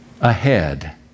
ahead